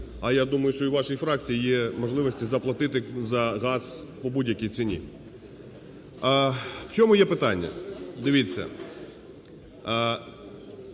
а я думаю, що і у вашій фракції є можливості заплатити за газ по будь-якій ціні. У чому є питання? Дивіться,